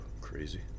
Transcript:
crazy